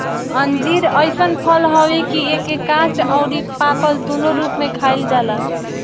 अंजीर अइसन फल हवे कि एके काच अउरी पाकल दूनो रूप में खाइल जाला